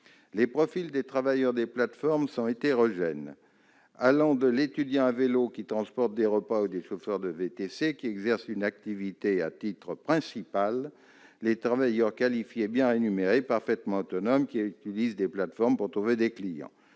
Les profils des travailleurs des plateformes sont hétérogènes, allant de l'étudiant à vélo qui transporte des repas au chauffeur de VTC qui exerce cette activité à titre principal, en passant par le travailleur qualifié bien rémunéré et parfaitement autonome qui recourt à des plateformes pour trouver ses clients.